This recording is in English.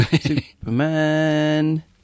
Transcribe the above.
Superman